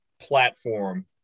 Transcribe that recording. platform